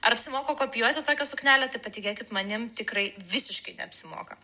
ar apsimoka kopijuoti tokią suknelę tai patikėkit manim tikrai visiškai neapsimoka